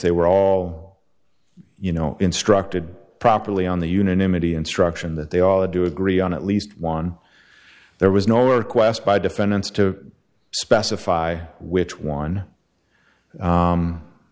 they were all you know instructed properly on the unanimity instruction that they all had to agree on at least one there was no request by defendants to specify which one